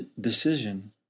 decision